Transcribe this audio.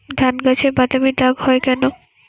ধানগাছে বাদামী দাগ হয় কেন?